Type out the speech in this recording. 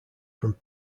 from